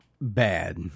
bad